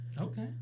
Okay